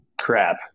crap